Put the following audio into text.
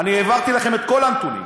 אני העברתי לכם את כל הנתונים.